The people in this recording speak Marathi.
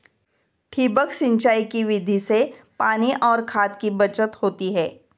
ठिबक सिंचाई की विधि से पानी और खाद की बचत होती है